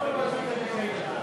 הכרה בעובדי כפייה כזכאים לתגמול),